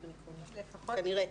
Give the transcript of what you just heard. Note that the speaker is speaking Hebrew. כנראה.